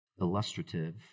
illustrative